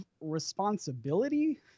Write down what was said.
responsibility